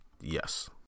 Yes